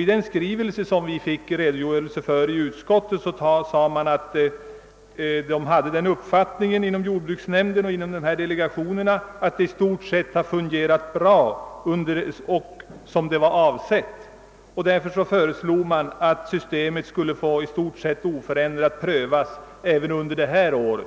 I den skrivelse från jordbruksnämnden, som vi fick en redogörelse för i utskottet, hette det att man inom jordbruksnämnden och inom delegationerna hade den uppfattningen, att systemet i stort sett fungerat såsom det var avsett. Därför föreslogs att systemet skulle i huvudsak oförändrat prövas även under regleringsåret